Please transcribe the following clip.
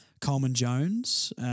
Coleman-Jones